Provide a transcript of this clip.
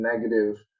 negative